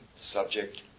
subject